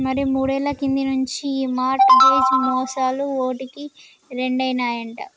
మరి మూడేళ్ల కింది నుంచి ఈ మార్ట్ గేజ్ మోసాలు ఓటికి రెండైనాయట